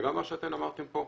וגם מה שאתם אמרתם פה,